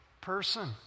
person